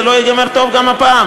זה לא ייגמר טוב גם הפעם.